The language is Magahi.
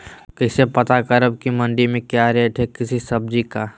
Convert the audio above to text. कैसे पता करब की मंडी में क्या रेट है किसी सब्जी का?